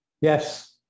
Yes